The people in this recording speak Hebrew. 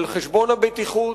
על חשבון הבטיחות,